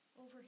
over